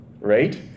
Right